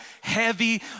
heavy